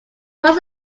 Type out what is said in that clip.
was